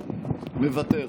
מוותר,